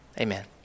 Amen